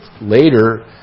later